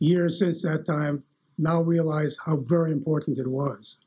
years since that time now realize how very important that was